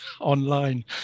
online